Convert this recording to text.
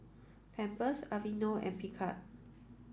Pampers Aveeno and Picard